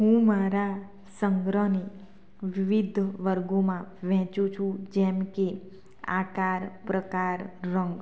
હું મારા સંગ્રહને વિવિધ વર્ગોમાં વહેચું છું જેમકે આકાર પ્રકાર રંગ